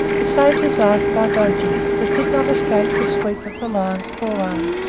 who saved his life by dodging, but did not escape the sweep of the lion's forearm.